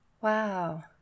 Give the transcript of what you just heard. Wow